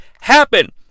happen